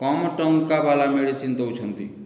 କମ ଟଙ୍କା ବାଲା ମେଡ଼ିସିନ ଦେଉଛନ୍ତି